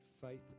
faith